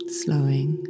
slowing